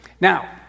Now